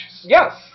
Yes